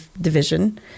Division